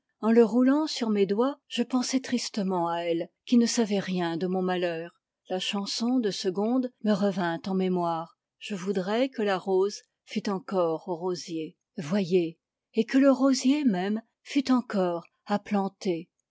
en le roulant sur mes doigts je pensais tristement à elle qui ne savait rien de mon malheur la chanson de segonde me revint en mémoire je voudrais que la rose fût encore au rosier voyez et que le rosier même fût encore à planter